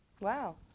Wow